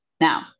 Now